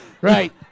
Right